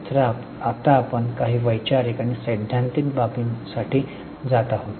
तर आता आपण काही वैचारिक आणि सैद्धांतिक बाबींसाठी जात आहोत